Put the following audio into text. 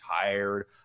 tired